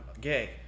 gay